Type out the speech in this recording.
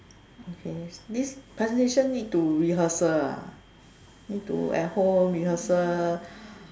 okay this presentation need to rehearsal ah need to at home rehearsal